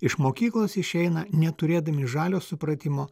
iš mokyklos išeina neturėdami žalio supratimo